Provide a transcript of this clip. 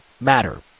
matter